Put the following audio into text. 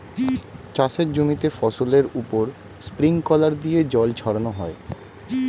চাষের জমিতে ফসলের উপর স্প্রিংকলার দিয়ে জল ছড়ানো হয়